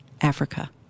Africa